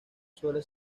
suele